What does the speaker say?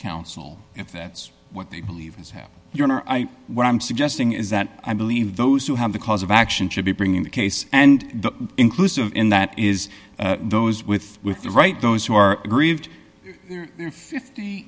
counsel if that's what they believe as have you or i what i'm suggesting is that i believe those who have the cause of action should be bringing the case and the inclusive in that is those with with the right those who are aggrieved there are fifty